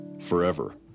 forever